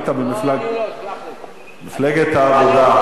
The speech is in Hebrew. מפלגת העבודה.